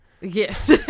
Yes